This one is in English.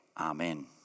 Amen